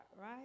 right